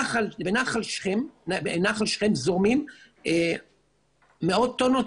בנחל שכם זורמים מאות טונות,